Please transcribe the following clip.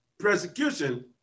persecution